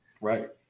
Right